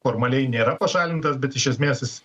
formaliai nėra pašalintas bet iš esmės jis